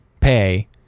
pay